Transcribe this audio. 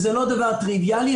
וזה לא דבר טריוויאלי.